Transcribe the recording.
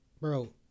bro